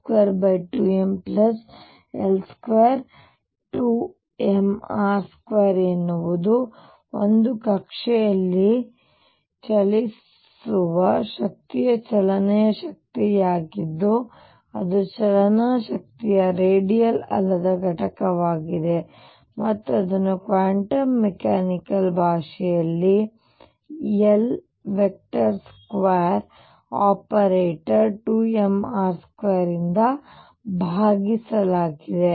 ಆದ್ದರಿಂದ pr22ml22mr2 ಎನ್ನುವುದು ಒಂದು ಕಕ್ಷೆಯಲ್ಲಿ ಚಲಿಸುವ ಶಕ್ತಿಯ ಚಲನೆಯ ಶಕ್ತಿಯಾಗಿದ್ದು ಅದು ಚಲನಾ ಶಕ್ತಿಯ ರೇಡಿಯಲ್ ಅಲ್ಲದ ಘಟಕವಾಗಿದೆ ಮತ್ತು ಅದನ್ನು ಕ್ವಾಂಟಮ್ ಮೆಕ್ಯಾನಿಕಲ್ ಭಾಷೆಯಲ್ಲಿ L2 ಆಪರೇಟರ್ 2mr2 ರಿಂದ ಭಾಗಿಸಲಾಗಿದೆ